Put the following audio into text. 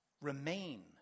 Remain